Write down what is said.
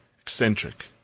eccentric